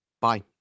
Bye